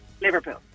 Liverpool